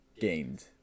gained